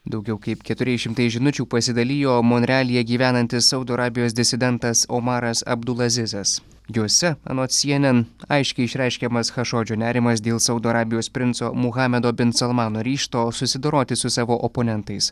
daugiau kaip keturiais šimtais žinučių pasidalijo monrealyje gyvenantis saudo arabijos disidentas omaras abdul azizas jose anot cnn aiškiai išreiškiamas chašodžio nerimas dėl saudo arabijos princo muhamedo bin salmano ryžto susidoroti su savo oponentais